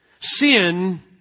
Sin